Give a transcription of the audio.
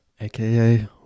aka